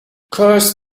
curse